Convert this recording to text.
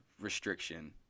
restriction